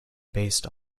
based